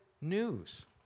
news